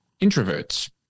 introverts